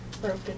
Broken